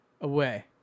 away